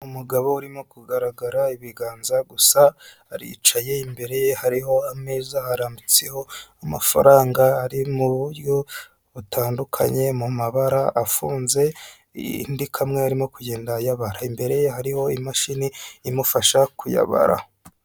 Umugabo urimo kugaragara ibiganza gusa, aricaye imbere ye hariho ameza ararambitseho amafaranga ari muburyo butandukanye mu mabara afunze indi kamwe arimo kugenda ayabara imbere ye hariho imashini imufasha kuyabara.